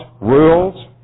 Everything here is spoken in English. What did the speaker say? rules